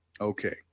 okay